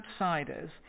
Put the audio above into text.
outsiders